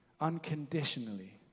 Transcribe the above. unconditionally